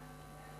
התש"ע,